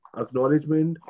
acknowledgement